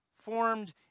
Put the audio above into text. formed